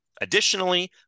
Additionally